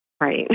Right